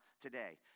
today